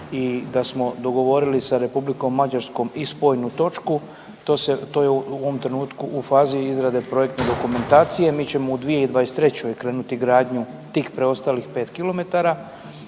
i da smo dogovorili i sa Republikom Mađarskom i spojnu točku to se, to je u ovom trenutku u fazi izrade projektne dokumentacije. Mi ćemo u 2023. krenuti gradnju tih preostalih 5 kilometara